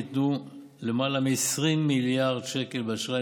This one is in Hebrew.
ניתנו למעלה מ-20 מיליארד שקל באשראי